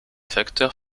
facteurs